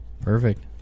Perfect